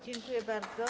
Dziękuję bardzo.